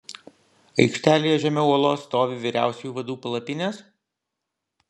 aikštelėje žemiau olos stovi vyriausiųjų vadų palapinės